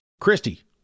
Christy